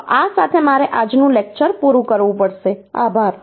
તો આ સાથે મારે આજનું લેક્ચર પૂરું કરવું પડશે આભાર